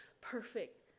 perfect